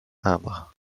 indre